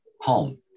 home